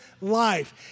life